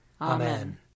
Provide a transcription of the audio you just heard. Amen